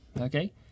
okay